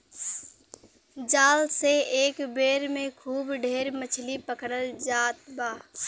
जाल से एक बेर में खूब ढेर मछरी पकड़ल जात बा